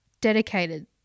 dedicated